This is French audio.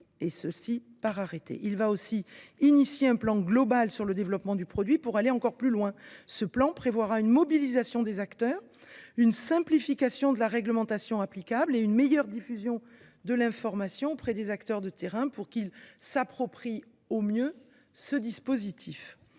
semaines. Il va aussi engager un plan global sur le développement du produit, pour aller encore plus loin. Ce plan prévoira une mobilisation des acteurs, une simplification de la réglementation applicable et une meilleure diffusion de l’information auprès des intervenants de terrain, pour qu’ils s’approprient au mieux ce dispositif.